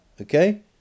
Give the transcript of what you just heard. okay